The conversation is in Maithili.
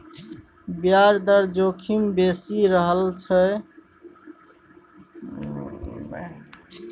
ब्याज दर जोखिम बेसी रहला सँ गहिंकीयोक टाका डुबि सकैत छै